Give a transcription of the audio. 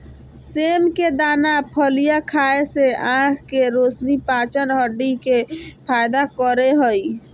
सेम के दाना फलियां खाय से आँख के रोशनी, पाचन, हड्डी के फायदा करे हइ